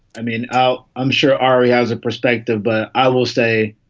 i mean, out. i'm sure ari has a perspective. but i will stay.